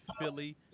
Philly